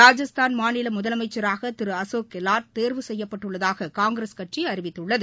ராஜஸ்தான் மாநில முதலமைச்சராக திரு அசோக் கெல்லாட் தேர்வு செய்யப்பட்டுள்ளதாக காங்கிரஸ் கட்சி அறிவித்துள்ளது